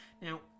Now